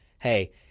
hey